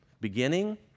beginning